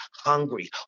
hungry